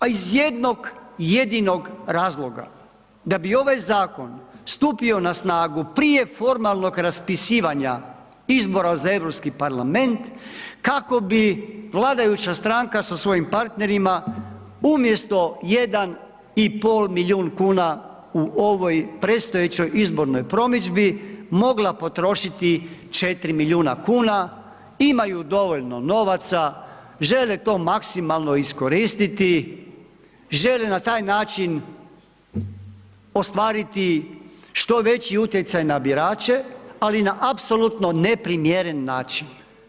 A iz jednog jedinog razloga, da bi ovaj zakon stupio na snagu prije formalnog raspisivanja izbora za Europski parlament, kako bi vladajuća stranka sa svojim partnerima umjesto 1,5 milijun kuna, u ovoj predstojećoj izbornoj promidžbi, mogla potrošiti 4 milijuna kuna, imaju dovoljno novaca, žele to maksimalno iskoristiti, žele na taj način ostvariti što veći utjecaj na birače, ali i na apsolutni neprimjeren način.